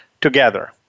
together